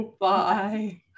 Bye